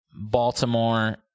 Baltimore